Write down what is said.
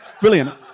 brilliant